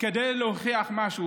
כדי להוכיח משהו.